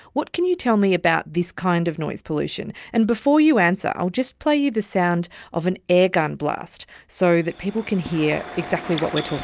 what can you tell me about this kind of noise pollution? and before you answer, i'll just play you the sound of an airgun blast so that people can hear exactly what we are talking